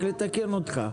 אתקן אותך,